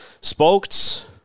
Spokes